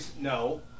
no